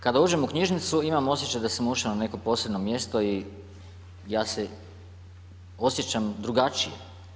Kada uđem u knjižnicu imam osjećaj da sam ušao u neko posebno mjesto i ja se osjećam drugačije.